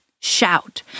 Shout